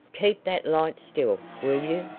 keep that light still, will you?